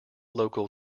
local